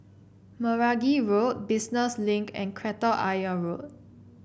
Meragi Road Business Link and Kreta Ayer Road